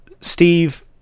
Steve